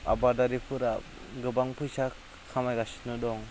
आबादारिफोरा गोबां फैसा खामायगासिनो दं